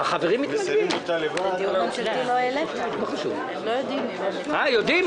הישיבה ננעלה בשעה 12:45.